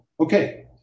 Okay